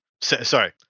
sorry